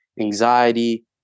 anxiety